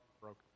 broken